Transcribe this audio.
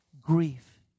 grief